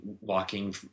walking